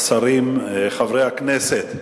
השרים, חברי הכנסת,